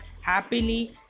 Happily